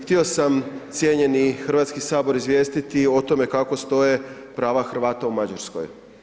Htio sam cijenjeni Hrvatski sabor izvijestiti kako stoje prava Hrvata u Mađarskoj.